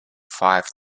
five